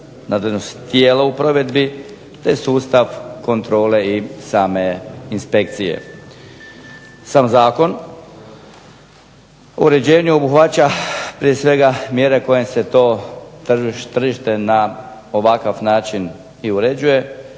razumije./… tijelo u provedbi te sustav kontrole i same inspekcije. Sam zakon o uređenju obuhvaća prije svega mjere kojim se to tržište na ovakav način i uređuje